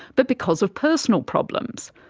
but because of personal problems,